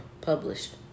published